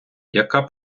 яка